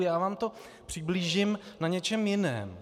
Já vám to přiblížím na něčem jiném.